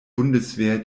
bundeswehr